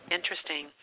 interesting